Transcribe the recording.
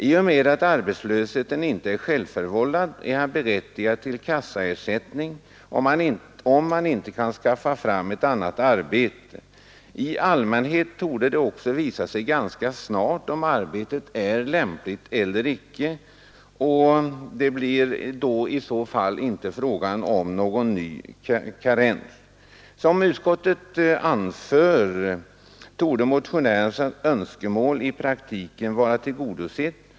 I och med att arbetslösheten inte är självförvållad är han berättigad till kassaersättning om man inte kan skaffa fram ett annat arbete åt honom. I allmänhet torde det också ganska snart visa sig om arbetet är lämpligt eller icke, och det blir då inte fråga om någon ny karens. Som utskottet anför torde motionärens önskemål vara tillgodosett.